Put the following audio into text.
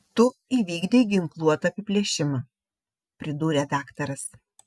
tu įvykdei ginkluotą apiplėšimą pridūrė daktaras